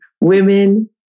women